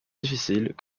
difficiles